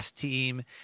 team